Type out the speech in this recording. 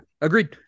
agreed